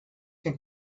que